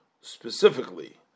specifically